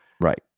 Right